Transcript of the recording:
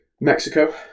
Mexico